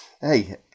Hey